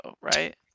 right